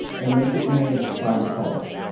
and make it managed by the public.